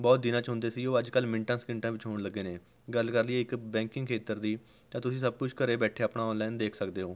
ਬਹੁਤ ਦਿਨਾਂ 'ਚ ਹੁੰਦੇ ਸੀ ਉਹ ਅੱਜ ਕੱਲ੍ਹ ਮਿੰਟਾਂ ਸਕਿੰਟਾਂ ਵਿੱਚ ਹੋਣ ਲੱਗੇ ਨੇ ਗੱਲ਼ ਕਰ ਲਈਏ ਇੱਕ ਬੈਂਕਿੰਗ ਖੇਤਰ ਦੀ ਤਾਂ ਤੁਸੀਂ ਸਭ ਕੁਛ ਘਰ ਬੈਠੇ ਆਪਣਾ ਔਨਲਾਇਨ ਦੇਖ ਸਕਦੇ ਹੋ